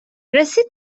رسید